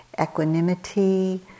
Equanimity